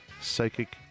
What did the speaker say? Psychic